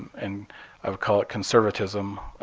and i would call it conservatism,